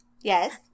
Yes